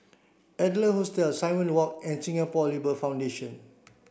Adler Hostel Simon Walk and Singapore Labour Foundation